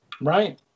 Right